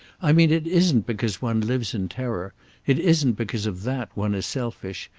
i mean it isn't because one lives in terror it isn't because of that one is selfish,